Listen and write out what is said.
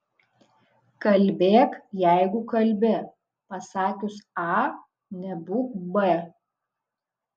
kalbėk jeigu kalbi pasakius a nebūk b